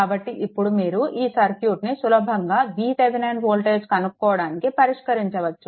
కాబట్టి ఇప్పుడు మీరు ఈ సర్క్యూట్ని సులభంగా VThevenin వోల్టేజ్ కనుక్కోవడానికి పరిష్కరించవచ్చు